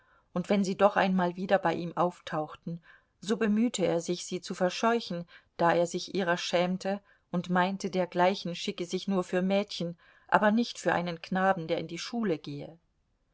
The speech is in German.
und wenn sie doch einmal wieder bei ihm auftauchten so bemühte er sich sie zu verscheuchen da er sich ihrer schämte und meinte dergleichen schicke sich nur für mädchen aber nicht für einen knaben der in die schule gehe